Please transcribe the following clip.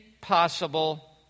possible